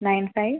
nine five